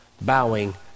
bowing